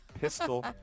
Pistol